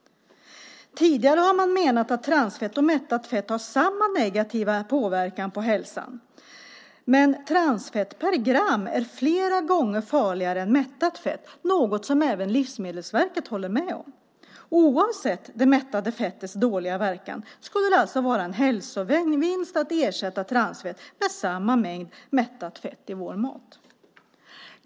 Tidigare har man menat att transfett och mättat fett har samma negativa påverkan på hälsan, men transfett är per gram flera gånger farligare än mättat fett, något som även Livsmedelsverket håller med om. Oavsett det mättade fettets dåliga verkan skulle det alltså vara en hälsovinst att ersätta transfett med samma mängd mättat fett i vår mat.